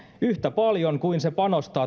yhtä paljon kuin se panostaa